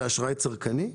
דהיינו אשראי צרכני.